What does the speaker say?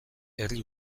herri